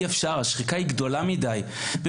השחיקה היא גדולה מדי, אי אפשר.